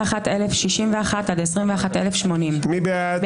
21,141 עד 21,160. מי בעד?